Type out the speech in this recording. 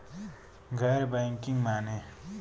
गैर बैंकिंग माने?